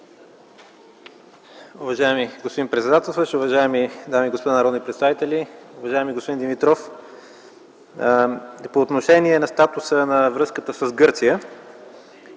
Уважаеми господин председател, уважаеми дами и господа народни представители, уважаеми господин Димитров! По отношение на въпроса за връзката с Гърция,